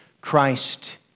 Christ